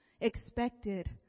expected